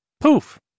poof